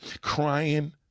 crying